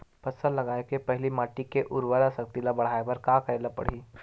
फसल लगाय के पहिली माटी के उरवरा शक्ति ल बढ़ाय बर का करेला पढ़ही?